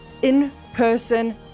in-person